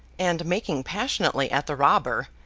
and, making passionately at the robber,